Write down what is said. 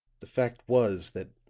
the fact was that